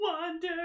Wonder